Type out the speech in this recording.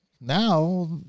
now